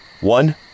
One